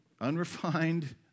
unrefined